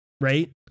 Right